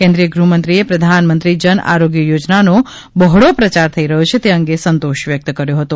કેન્દ્રીય ગૃહમંત્રીએ પ્રધાનમંત્રી જનઆરોગ્ય યોજનાનો બહોળો પ્રચાર થઈ રહ્યો છે તે અંગે સંતોષ વ્યક્ત કર્યો હતો